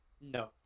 No